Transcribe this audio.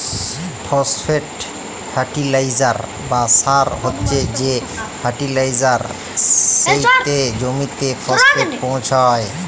phosphate fertilizer বা সার হছে সে ফার্টিলাইজার যেটতে জমিতে ফসফেট পোঁছায়